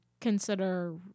consider